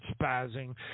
spazzing